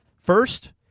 First